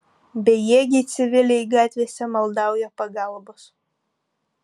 bejėgiai civiliai gatvėse maldauja pagalbos